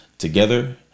Together